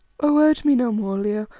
oh! urge me no more, leo,